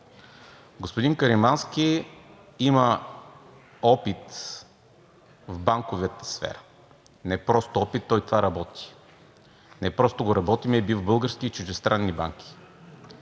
Господин Каримански има опит в банковата сфера, не просто опит, той това работи. Не просто го работи, ами е бил в български и чуждестранни банки.